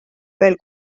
veel